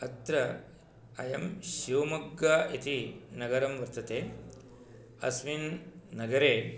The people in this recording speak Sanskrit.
अत्र अयं शिवमोग्गा इति नगरं वर्तते अस्मिन् नगरे